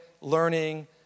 learning